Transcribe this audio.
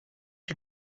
you